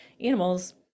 animals